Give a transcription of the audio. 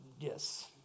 Yes